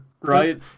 right